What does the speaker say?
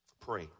Pray